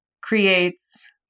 creates